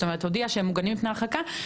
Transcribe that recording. כלומר הודיע שהם מוגנים מפני הרחקה,